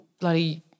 bloody